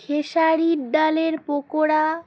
খেসারির ডালের পকোড়া